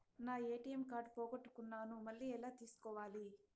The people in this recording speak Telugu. నా ఎ.టి.ఎం కార్డు పోగొట్టుకున్నాను, మళ్ళీ ఎలా తీసుకోవాలి?